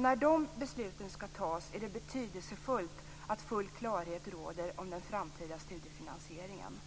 När de besluten ska tas är det betydelsefullt att full klarhet råder om den framtida studiefinansieringen.